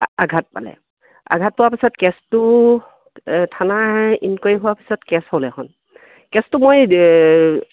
আঘাত পালে আঘাত পোৱা পিছত কেছটো থানা ইনকুৱাৰী হোৱাৰ পিছত কেছ হ'ল এখন কেছটো মই